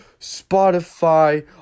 Spotify